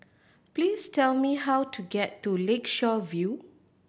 please tell me how to get to Lakeshore View